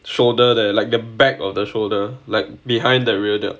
shoulder then like the back of the shoulder like behind the rear delt